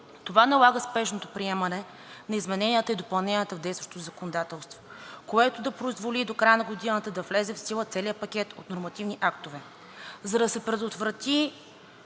Това налага спешното приемане на измененията и допълненията в действащото законодателство, което да позволи до края на годината да влезе в сила целият пакет от нормативни актове. За да се предотврати